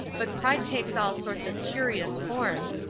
but pride takes all sorts of curious forms,